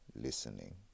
listening